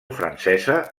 francesa